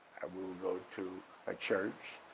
we would go to a church,